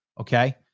Okay